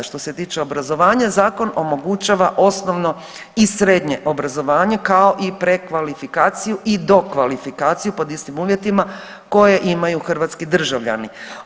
Što se tiče obrazovanja zakon omogućava osnovno i srednje obrazovanje, kao i prekvalifikaciju i dokvalifikaciju pod istim uvjetima koje imaju hrvatski državljani.